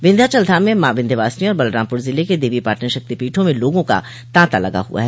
विन्ध्याचल धाम में माँ विन्ध्यवासिनी और बलरामपुर जिले के देवीपाटन शक्तिपीठ में लोगों का तांता लगा हुआ है